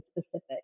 specific